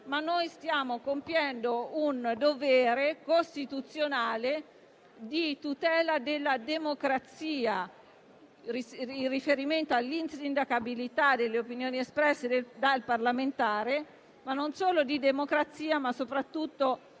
ma stiamo compiendo un dovere costituzionale di tutela della democrazia, in riferimento all'insindacabilità delle opinioni espresse dal parlamentare; non solo di democrazia, ma soprattutto